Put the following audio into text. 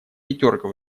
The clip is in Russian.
пятерка